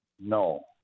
No